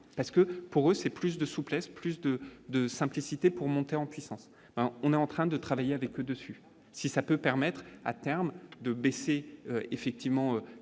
parce que pour eux, c'est plus de souplesse, plus de de simplicité pour monter en puissance, on est en train de travailler avec le dessus si ça peut permettre à terme de baisser effectivement